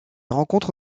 rencontre